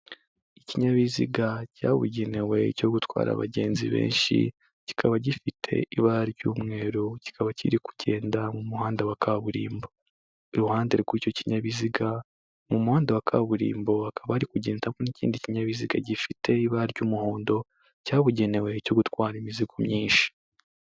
Ikinyabiziga cyabugenewe cyo gutwara abagenzi benshi kikaba gifite ibara ry'umweru kikaba kiri kugenda mu muhanda wa kaburimbo iruhande rw'icyo kinyabiziga mu muhanda wa kaburimbo hakaba hari kugendamo n'ikindi kinyabiziga gifite ibara ry'umuhondo cyabugenewe cyo gutwara imizigo myinshi.